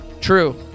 True